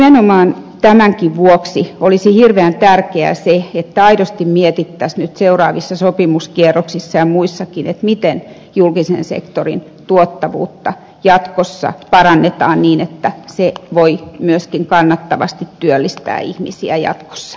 nimenomaan tämänkin vuoksi olisi hirveän tärkeää se että aidosti mietittäisiin nyt seuraavilla sopimuskierroksilla ja muuallakin miten julkisen sektorin tuottavuutta jatkossa parannetaan niin että se voi myöskin kannattavasti työllistää ihmisiä jatkossa